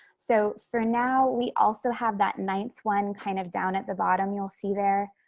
so for now, we also have that ninth one kind of down at the bottom you'll see there